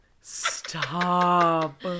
Stop